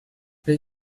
did